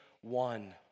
one